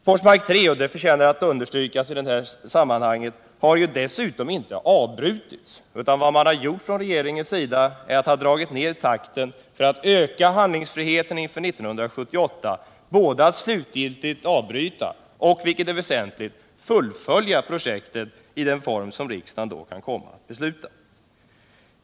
Forsmark 3 — det förtjänar att understrykas i detta sammanhang — har dessutom inte avbrutits, utan vad regeringen gjort är att den dragit ned takten för att öka handlingsfriheten inför 1978 både att slutgiltigt avbryta och — vilket är väsentligt — fullfölja projektet i den form riksdagen då kan komma att besluta.